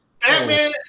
Batman